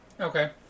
Okay